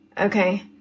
Okay